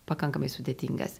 pakankamai sudėtingas